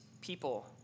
people